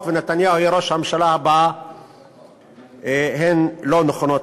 ונתניהו יהיה ראש הממשלה הבא הם לא נכונים,